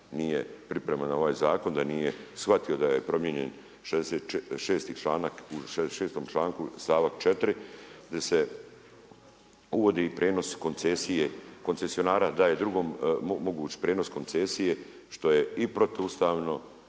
pripreman na ovaj zakon, da nije shvatio da je promijenjen 66. članak stavak 4. gdje se uvodi prijenos koncesije koncesionara daje drugom moguć prijenos koncesije što je i protuustavno